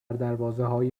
دروازههای